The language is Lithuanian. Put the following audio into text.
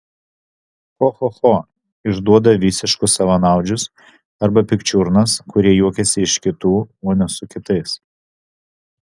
cho cho cho išduoda visiškus savanaudžius arba pikčiurnas kurie juokiasi iš kitų o ne su kitais